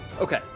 Okay